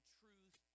truth